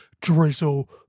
drizzle